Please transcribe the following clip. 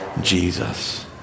Jesus